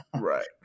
Right